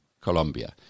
Colombia